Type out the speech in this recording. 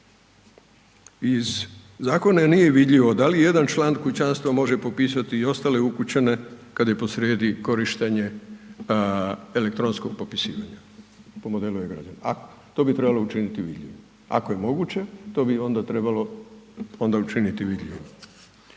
Iz zakona nije vidljivo da li jedan član kućanstva može popisati i ostale ukućane kada je posrijedi korištenje elektronskog popisivanja po modelu e-Građani, a to bi trebalo učiniti … ako je moguće to bi onda trebalo učiniti vidljivim.